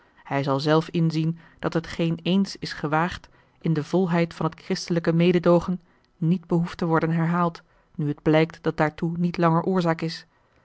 hij zal zelf inzien dat hetgeen eens is gewaagd in de volheid van het christelijke mededoogen niet behoeft te worden herhaald nu het blijkt dat daartoe niet langer oorzaak is